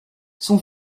son